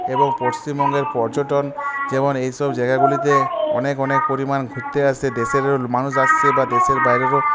এবং পশ্চিমবঙ্গের পর্যটন যেমন এই সব জায়গাগুলিতে অনেক অনেক পরিমাণ ঘুরতে আসে দেশেরও মানুষ আসছে বা দেশের বাইরেরও